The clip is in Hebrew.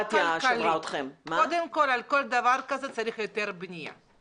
על כל דבר כזה צריך היתר בנייה.